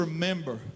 remember